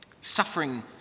Suffering